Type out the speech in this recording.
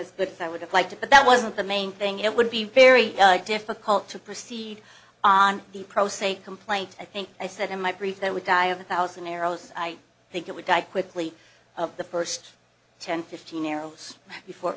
book i would have liked it but that wasn't the main thing it would be very difficult to proceed on the pro se complaint i think i said in my brief that would die of a thousand arrows i think it would die quickly of the first ten fifteen arrows before